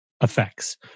effects